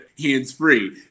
hands-free